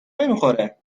نمیخوره